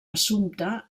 assumpte